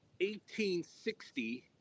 1860